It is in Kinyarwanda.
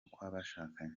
kw’abashakanye